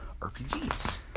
RPGs